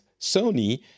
sony